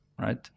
right